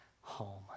home